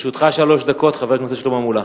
לרשותך שלוש דקות, חבר הכנסת מולה.